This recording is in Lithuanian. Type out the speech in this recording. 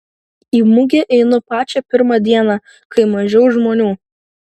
į mugę einu pačią pirmą dieną kai mažiau žmonių